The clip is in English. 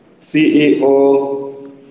CEO